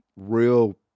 real